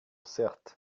certes